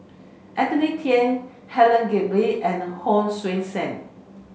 Anthony Then Helen Gilbey and Hon Sui Sen